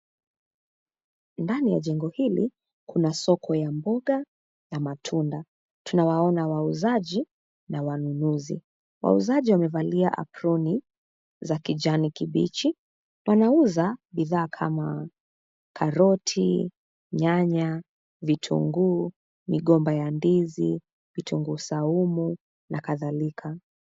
Ndani ya jengo hili, kuna soko ya mboga, na matunda. Tunawaona wauzaji na wanunuzi. Wauzaji wamevalia aproni, za kijani kibichi. Wanauza, bidhaa kama; karoti, nyanya, vitunguu, migomba ya ndizi, vitunguu saumu, na kadhalika.